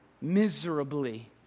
miserably